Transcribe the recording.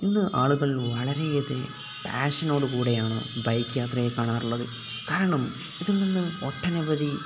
ഇന്ന് ആളുകൾ വളരെയധികം പാഷനോടുകൂടെയാണ് ബൈക്ക് യാത്രയെ കാണാറുള്ളത് കാരണം ഇതിൽ നിന്ന് ഒട്ടനവധി